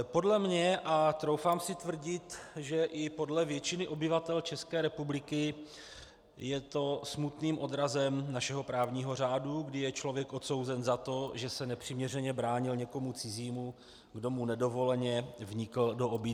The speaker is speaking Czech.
Podle mě, a troufám si tvrdit, že i podle většiny obyvatel České republiky, je to smutným odrazem našeho právního řádu, kdy je člověk odsouzen za to, že se nepřiměřeně bránil někomu cizímu, kdo mu nedovoleně vnikl do obydlí.